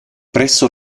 presso